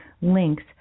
links